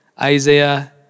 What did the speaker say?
Isaiah